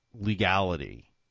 legality